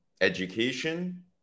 education